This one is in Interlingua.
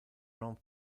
non